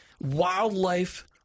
wildlife